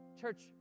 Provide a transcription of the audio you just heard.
Church